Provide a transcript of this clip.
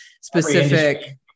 specific